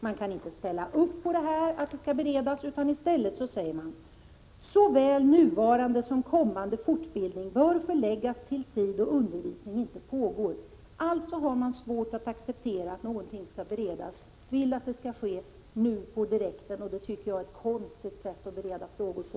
Man kan inte ställa sig bakom att detta skall beredas utan i stället säger man att ”såväl nuvarande som kommande fortbildning bör förläggas till tid då undervisning inte pågår”. Man vill att det skall ske nu direkt, och det tycker jag är ett konstigt sätt att bereda frågor på.